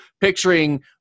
picturing